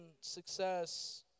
success